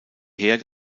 heer